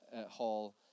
hall